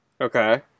okay